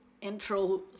intro